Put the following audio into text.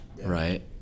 right